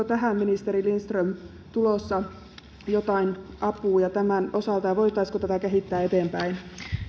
tähän ministeri lindström tulossa joitain apuja tämän osalta ja voitaisiinko tätä kehittää eteenpäin